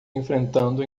enfrentando